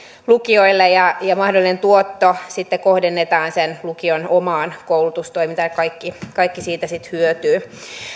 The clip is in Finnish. lukioille mahdollinen tuotto sitten kohdennetaan sen lukion omaan koulutustoimintaan ja kaikki kaikki siitä sitten hyötyvät